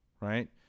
right